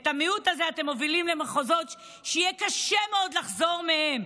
את המיעוט הזה אתם מובילים למחוזות שיהיה קשה מאוד לחזור מהם.